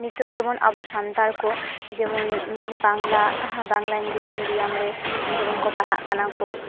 ᱱᱤᱛᱚᱜ ᱡᱮᱢᱚᱱ ᱟᱵᱚ ᱥᱟᱱᱛᱟᱲᱠᱚ ᱡᱮᱢᱚᱱ ᱵᱟᱝᱞᱟ ᱵᱟᱝᱞᱟ ᱤᱝᱞᱤᱥ ᱢᱤᱰᱤᱭᱟᱢ ᱨᱮ ᱡᱮᱢᱚᱱᱠᱚ ᱯᱟᱲᱦᱟᱜ ᱠᱟᱱᱟ ᱠᱚ